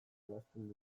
ebazten